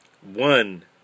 One